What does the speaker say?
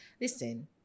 listen